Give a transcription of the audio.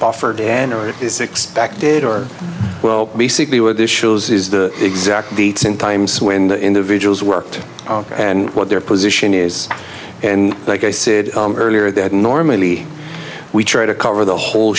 offered and is expected or well basically what this shows is the exact dates and times when the individuals worked and what their position is and like i said earlier that normally we try to cover the whole